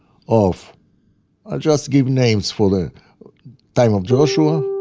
of i'll just give names for the time of joshua,